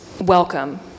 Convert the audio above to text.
welcome